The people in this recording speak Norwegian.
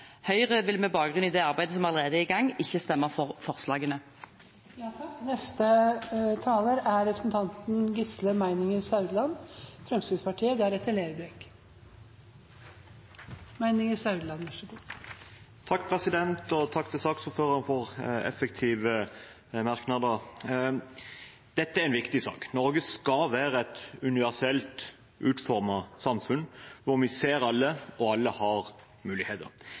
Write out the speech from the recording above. Høyre vil med bakgrunn i det arbeidet som allerede er i gang, ikke stemme for forslagene. Takk til saksordføreren for effektive merknader. Dette er en viktig sak. Norge skal være et universelt utformet samfunn hvor vi ser alle, og hvor alle har muligheter.